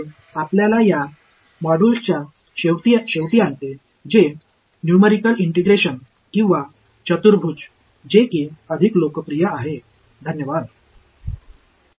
எனவே இது இந்த தொகுதியை நியூமறிகள் இன்டெகிரஷன் அல்லது குவாட்ரேச்சர்குறித்த முடிவுக்கு கொண்டு வருகிறது ஏனெனில் இது மிகவும் பிரபலமாக அறியப்படுகிறது